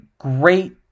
Great